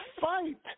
fight